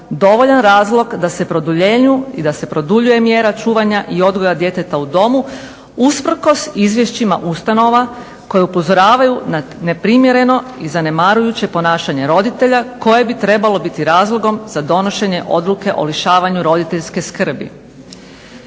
produljenju i da se produljuje mjera čuvanja i odgoja djeteta u domu usprkos izvješćima ustanova koje upozoravaju na neprimjereno i zanemarujuće ponašanje roditelja koje bi trebalo biti razlogom za donošenje odluke o lišavanju roditeljske skrbi.